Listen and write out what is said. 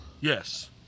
Yes